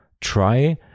try